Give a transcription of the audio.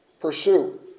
Pursue